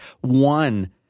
one